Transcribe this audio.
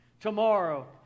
Tomorrow